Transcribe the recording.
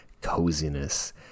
coziness